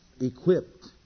equipped